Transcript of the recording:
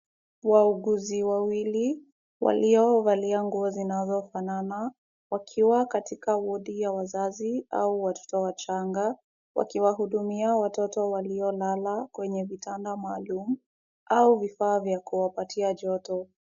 Wauguzi wawili waliovalia nguo zinazofanana, wakiwa katika wodi ya wazazi au watoto wachanga, wakiwahudumia watoto waliolala kwenye vitanda maalum au vifaa vya kuwapatia joto.